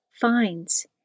finds